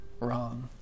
wrong